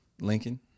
Lincoln